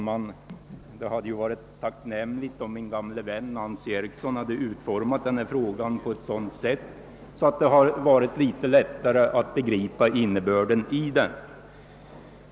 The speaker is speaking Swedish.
Herr talman! Det hade varit tacknämligt om min gamla vän Nancy Eriksson hade utformat sin fråga på ett sådant sätt, att det hade varit litet lättare att begripa den.